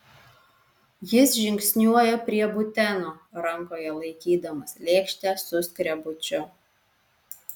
jis žingsniuoja prie buteno rankoje laikydamas lėkštę su skrebučiu